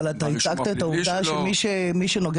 אבל אתה הצגת את העובדה שמי שנוגע